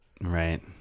right